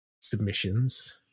submissions